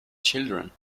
children